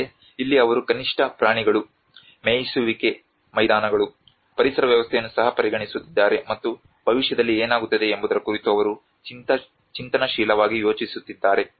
ಆದರೆ ಇಲ್ಲಿ ಅವರು ಕನಿಷ್ಠ ಪ್ರಾಣಿಗಳು ಮೇಯಿಸುವಿಕೆ ಮೈದಾನಗಳು ಪರಿಸರ ವ್ಯವಸ್ಥೆಯನ್ನು ಸಹ ಪರಿಗಣಿಸುತ್ತಿದ್ದಾರೆ ಮತ್ತು ಭವಿಷ್ಯದಲ್ಲಿ ಏನಾಗುತ್ತದೆ ಎಂಬುದರ ಕುರಿತು ಅವರು ಚಿಂತನಶೀಲವಾಗಿ ಯೋಚಿಸುತ್ತಿದ್ದಾರೆ